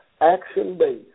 action-based